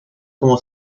como